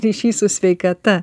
ryšys su sveikata